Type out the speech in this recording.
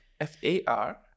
F-A-R